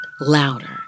louder